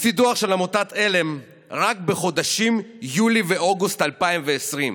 לפי דוח של עמותת עלם רק בחודשים יולי ואוגוסט 2020,